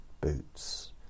boots